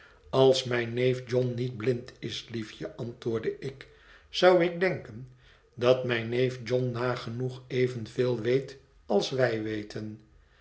als mijn neef john niet blind is liefje antwoordde ik zou ik denken dat mijn neef john nagenoeg evenveel weet als wij weten